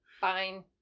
Fine